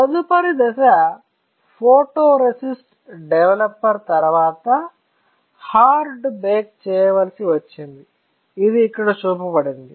తదుపరి దశ photoresist developer తరువాత హార్డ్ బేక్ చేయవలసి వచ్చింది ఇది ఇక్కడ చూపబడింది